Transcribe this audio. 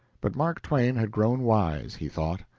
but mark twain had grown wise, he thought.